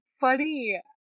funny